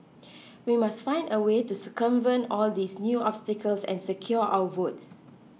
we must find a way to circumvent all these new obstacles and secure our votes